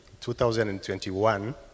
2021